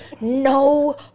no